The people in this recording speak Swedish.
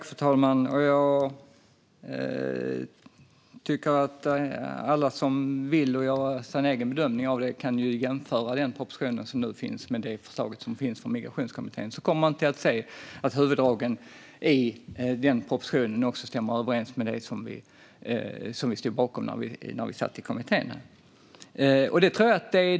Fru talman! Alla som vill kan göra sin egen bedömning genom att jämföra den proposition som nu finns med förslaget från Migrationskommittén. Då kommer man att se att huvuddragen i propositionen stämmer överens med det som vi stod bakom när vi satt i kommittén.